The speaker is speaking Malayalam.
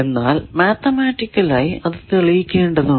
എന്നാൽ മാത്തമറ്റിക്കൽ ആയി അത് തെളിയിക്കേണ്ടതുണ്ട്